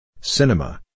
Cinema